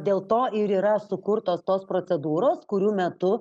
dėl to ir yra sukurtos tos procedūros kurių metu